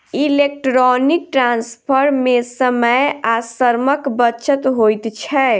electronic transfer मे समय आ श्रमक बचत होइत छै